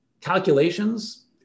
calculations